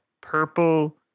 purple